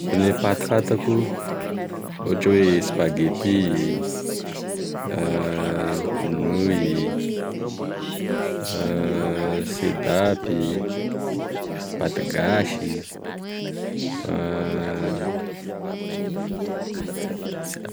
Gne paty fantako ohatry hoe spaghetti, nouilles, sedapy, paty gasy.